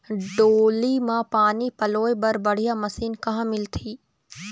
डोली म पानी पलोए बर बढ़िया मशीन कहां मिलही?